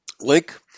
link